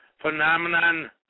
Phenomenon